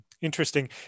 Interesting